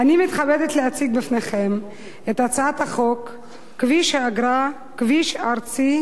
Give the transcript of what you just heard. אני מתכבדת להציג בפניכם את הצעת חוק כביש אגרה (כביש ארצי